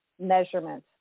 measurement